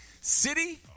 city